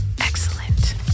Excellent